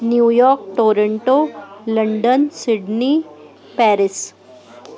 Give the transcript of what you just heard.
New York Toronto London Sydney Paris